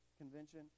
Convention